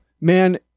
man